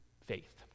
faith